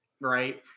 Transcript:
right